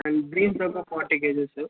beans ఒక forty kgs